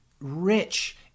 rich